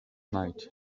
night